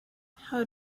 how